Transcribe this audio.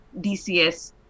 DCS